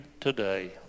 today